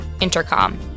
Intercom